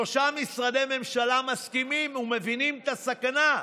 שלושה משרדי ממשלה מסכימים ומבינים את הסכנה.